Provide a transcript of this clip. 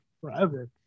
forever